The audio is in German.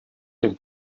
dem